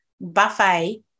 buffet